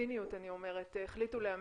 בציניות אני אומרת החליטו לאמץ.